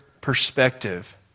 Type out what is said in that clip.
perspective